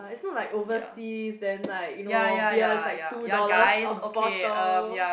so like overseas then like you know beer is like two dollar a bottle